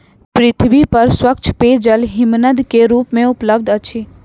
पृथ्वी पर स्वच्छ पेयजल हिमनद के रूप में उपलब्ध अछि